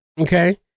Okay